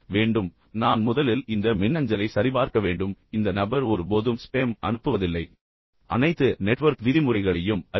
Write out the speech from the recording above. எனவே நான் முதலில் இந்த மின்னஞ்சலை சரிபார்க்க வேண்டும் இந்த நபர் ஒருபோதும் ஸ்பேம் அனுப்புவதில்லை இது மிகவும் விவேகமான நபர் அனைத்து நெட்வொர்க் விதிமுறைகளையும் அறிந்தவர்